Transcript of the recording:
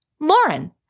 Lauren